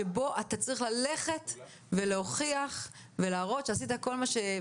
שבו אדם צריך ללכת ולהוכיח ולהראות שעשה כל שביכולתו,